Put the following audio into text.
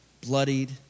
bloodied